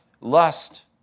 lust